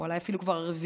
אולי אפילו הרביעית,